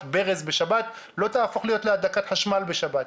ברז בשבת לא תהפוך להדלקת חשמל בשבת.